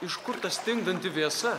iš kur ta stingdanti vėsa